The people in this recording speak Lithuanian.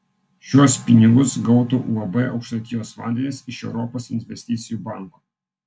šiuos pinigus gautų uab aukštaitijos vandenys iš europos investicijų banko